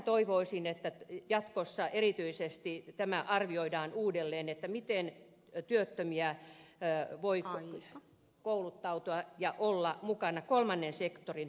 toivoisin että jatkossa tämä erityisesti arvioidaan uudelleen miten työttömiä voi kouluttautua ja olla mukana kolmannen sektorin työllistämistoiminnassa